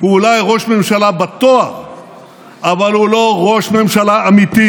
הוא אולי ראש ממשלה בתואר אבל הוא לא ראש ממשלה אמיתי,